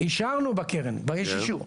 אישרנו בקרן, כבר יש אישור.